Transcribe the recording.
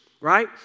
right